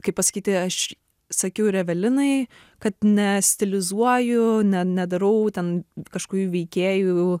kaip pasakyti aš sakiau ir evelinai kad nestilizuoju ne nedarau ten kažkokių veikėjų